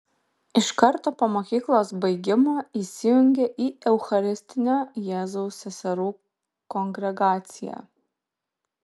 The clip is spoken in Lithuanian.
iš karto po mokyklos baigimo įsijungė į eucharistinio jėzaus seserų kongregaciją